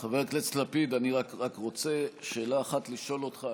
חבר הכנסת לפיד, אני רק רוצה שאלה אחת לשאול אותך.